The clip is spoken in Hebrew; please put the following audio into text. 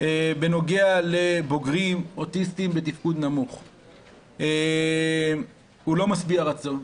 בנוגע לבוגרים אוטיסטים בתפקוד נמוך לא משביע רצון,